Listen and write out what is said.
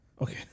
Okay